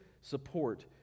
support